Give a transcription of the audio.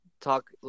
Talk